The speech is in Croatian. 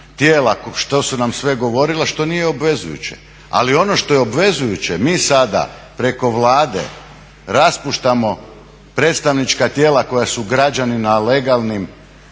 tijela što su nam sve govorila što nije obvezujuće. Ali ono što je obvezujuće mi sada preko Vlade raspuštamo predstavnička tijela koja su građani na legalnim